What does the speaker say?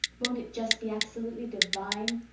won't it just be absolutely divine?